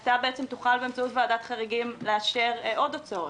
אתה בעצם תוכל באמצעות ועדת חריגים לאשר עוד הוצאות.